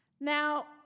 Now